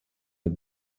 are